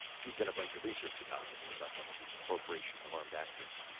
we've done a bunch of research about this, about kind of the incorporation of armed actors,